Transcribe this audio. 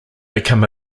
become